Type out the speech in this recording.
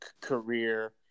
career